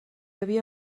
havia